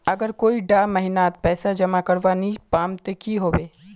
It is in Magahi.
अगर कोई डा महीनात पैसा जमा करवा नी पाम ते की होबे?